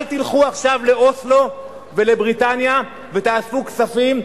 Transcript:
אל תלכו עכשיו לאוסלו ולבריטניה ותאספו כספים,